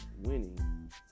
winning